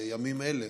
בימים אלה,